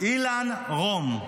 אילן רום.